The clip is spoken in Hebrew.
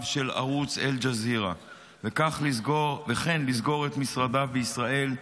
של ערוץ אל-ג'זירה וכן לסגור את משרדיו בישראל,